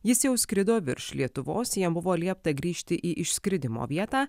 jis jau skrido virš lietuvos jam buvo liepta grįžti į išskridimo vietą